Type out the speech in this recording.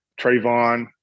Trayvon